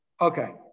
Okay